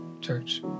church